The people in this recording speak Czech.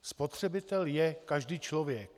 Spotřebitel je každý člověk.